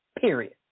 period